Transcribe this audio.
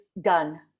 done